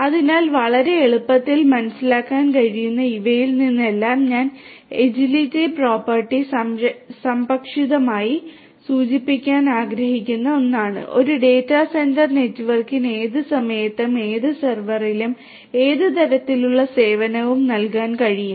അതിനാൽ വളരെ എളുപ്പത്തിൽ മനസ്സിലാക്കാൻ കഴിയുന്ന ഇവയിൽ നിന്നെല്ലാം ഞാൻ എജിലിറ്റി പ്രോപ്പർട്ടി സംക്ഷിപ്തമായി സൂചിപ്പിക്കാൻ ആഗ്രഹിക്കുന്ന ഒന്നാണ് ഒരു ഡാറ്റാ സെന്റർ നെറ്റ്വർക്കിന് ഏത് സമയത്തും ഏത് സെർവറിലും ഏത് തരത്തിലുള്ള സേവനവും നൽകാൻ കഴിയും